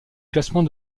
classement